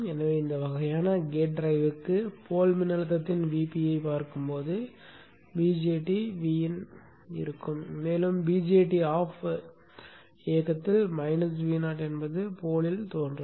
எனவே இந்த வகையான கேட் டிரைவிற்காக போல் மின்னழுத்தத்தின் Vp ஐப் பார்க்கும்போது BJT Vin தோன்றும் மேலும் BJT off இயக்கத்தில் மைனஸ் Vo என்பது போல் ல் தோன்றும்